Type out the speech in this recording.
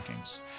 rankings